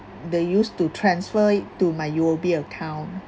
they used to transfer it to my U_O_B account